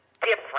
different